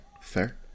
fair